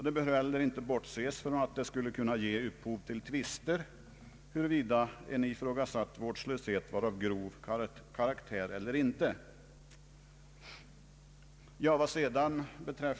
Det bör heller inte bortses från att det skulle kunna ge upphov till tvister, huruvida en ifrågasatt vårdslöshet var av grov karaktär eller inte.